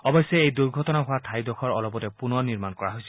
অৰশ্যে এই দুৰ্ঘটনা হোৱা ঠাইডোখৰ অলপতে পুনৰ নিৰ্মাণ কৰা হৈছিল